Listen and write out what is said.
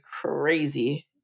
crazy